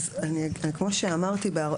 כמו שאמרתי,